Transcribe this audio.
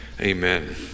Amen